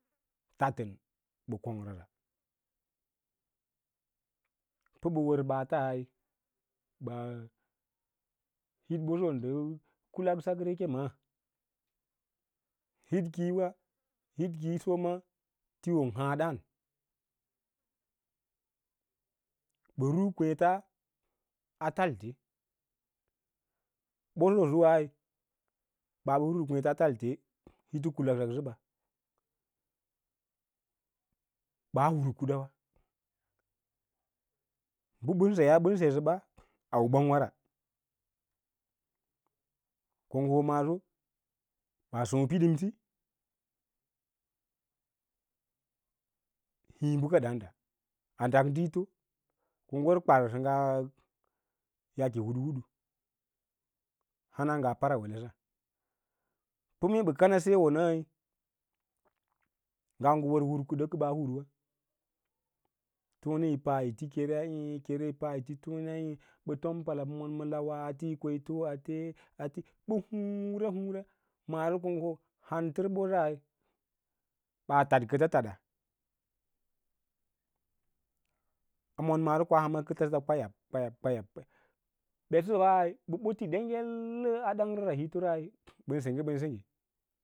Tatən ɓə kong rara pə bə ɓaataí ɓaa hifɓoso ndə kulaksakre ke maa ndə hit kiiyowa, hit kiisiyo ma tiiwon haã dǎǎ ɓən ru kweẽt a falte ɓoso suwai ɓaa ɓə rusə kweets talte hit kulaksak səba ɓaa huun kadawa ɗən mbəsayaa bən sesəb u ɓongwara, ko ngə hoo maaso ɓaa sǒǒ piɗimsi hiĩ bəka dǎǎnda a ɗaj diito ko ngə wər kware sə ngaa yaake yi hudu hudu hana para welasa pə mee ɓə kana seyoo nəi ngau ngə wər hur ku ɗa kə ɓaa huruwa, tone yi pa yiri keraa e` kene yi pa yi ti tone e ɓə tom pala ate yi mon ma lawa ateu yi ko yi foo ate ɓə hǔǔra hǔǔra maaso ko ngə ho hamtər ɓoss ɓaa takəta taɗa ka mon maaso koa ham a kəta səta kwayab kwayab kwayab, kwayab. Ɓetsbai bə ɓoli ɗengekə a dangrəra hitore bən senggən ɓən sengge